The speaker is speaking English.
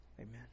Amen